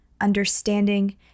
understanding